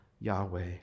Yahweh